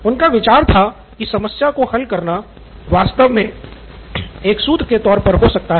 उनका विचार था की समस्या को हल करना वास्तव में एक सूत्र के तौर पर हो सकता है